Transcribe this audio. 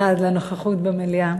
המדד לנוכחות במליאה.